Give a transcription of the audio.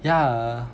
yeah